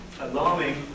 alarming